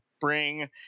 bring